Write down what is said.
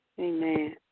Amen